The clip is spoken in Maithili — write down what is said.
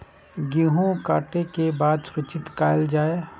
गेहूँ के काटे के बाद सुरक्षित कायल जाय?